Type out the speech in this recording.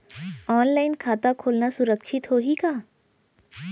Online खाता खोलना सुरक्षित होही का?